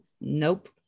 nope